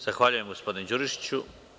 Zahvaljujem gospodine Đurišiću.